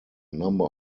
number